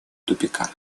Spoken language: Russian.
тупика